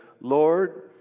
Lord